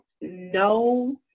no